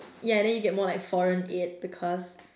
ya and you get like more foreign aid because